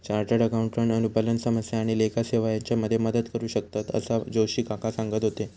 chartered accountant अनुपालन समस्या आणि लेखा सेवा हेच्यामध्ये मदत करू शकतंत, असा जोशी काका सांगत होते